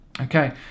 Okay